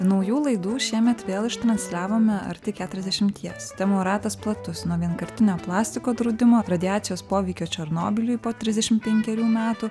naujų laidų šiemet vėl ištransliavome arti keturiasdešimties temų ratas platus nuo vienkartinio plastiko draudimo radiacijos poveikio černobyliui po trisdešimt penkerių metų